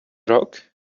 rock